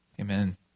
Amen